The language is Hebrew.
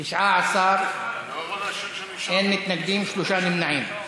19, אין מתנגדים, שלושה נמנעים.